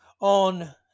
on